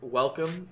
welcome